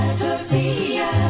tortilla